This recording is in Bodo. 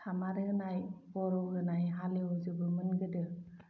सामार होनाय बर' होनाय हालेव जोबोमोन गोदो